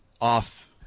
off